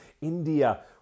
India